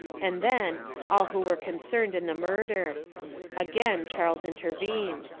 and then all who were concerned in the murder again charles intervened.